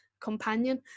companion